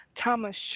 Thomas